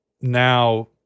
now